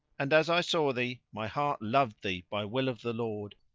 and as i saw thee my heart loved thee by will of the lord,